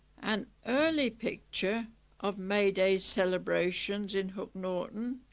an early picture of may day celebrations in hook norton,